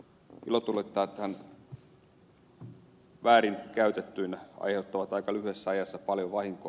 ilotulitteethan väärin käytettyinä aiheuttavat aika lyhyessä ajassa paljon vahinkoa